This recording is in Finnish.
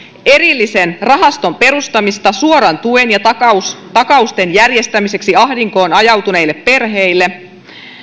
erillisen rahaston perustamista suoran tuen ja takausten takausten järjestämiseksi ahdinkoon ajautuneille perheille